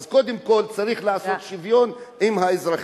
אז קודם כול צריך לעשות שוויון עם האזרחים.